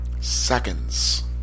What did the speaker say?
Seconds